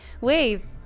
Wave